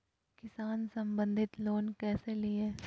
किसान संबंधित लोन कैसै लिये?